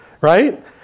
right